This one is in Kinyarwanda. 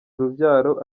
urubyaro